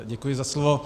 Děkuji za slovo.